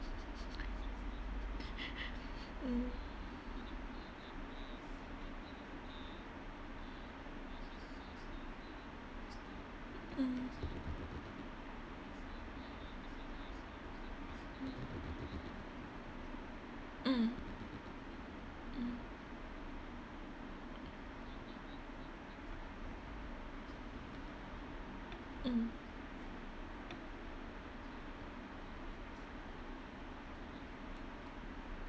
mm mm mm mm mm